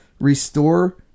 restore